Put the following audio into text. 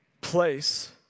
place